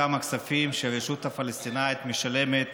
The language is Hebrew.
אותם כספים שהרשות הפלסטינית משלמת